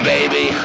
Baby